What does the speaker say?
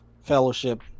fellowship